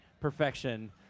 perfection